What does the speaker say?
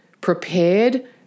prepared